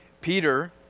Peter